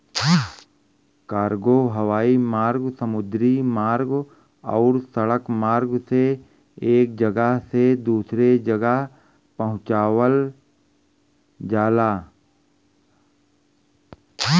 cargo हवाई मार्ग समुद्री मार्ग आउर सड़क मार्ग से एक जगह से दूसरे जगह पहुंचावल जाला